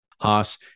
Haas